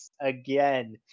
again